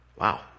wow